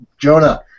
Jonah